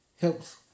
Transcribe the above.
Helps